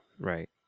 right